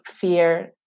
fear